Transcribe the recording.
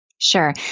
Sure